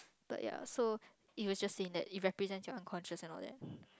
but yeah so it will just seen that it represent your unconscious and all that